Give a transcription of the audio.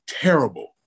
terrible